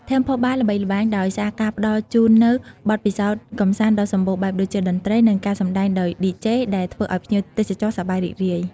Temple Bar ល្បីល្បាញដោយសារការផ្ដល់ជូននូវបទពិសោធន៍កម្សាន្តដ៏សម្បូរបែបដូចជា តន្ត្រី និងការសម្តែងដោយឌីជេ ដែលធ្វើឲ្យភ្ញៀវទេសចរសប្បាយរីករាយ។